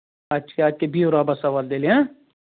اچھا تہٕ بِہِو رۄبَس حَوالہٕ تیٚلہِ ہٕنٛہ